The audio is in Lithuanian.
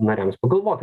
nariams pagalvoti